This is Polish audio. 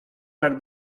tak